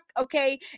okay